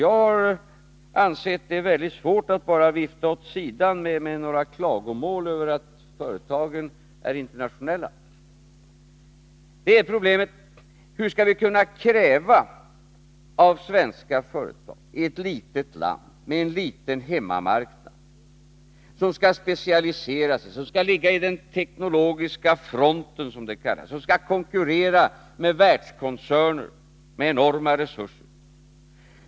Jag har ansett att det är väldigt svårt att bara vifta det problemet åt sidan med några klagomål över att företagen är internationella. Sverige är ett litet land med en liten hemmamarknad. Hur skall vi kunna kräva att företagen skall specialisera sig, att de skall ligga i den teknologiska fronten, som det kallas, och att de skall konkurrera med världskoncerner med enorma resurser?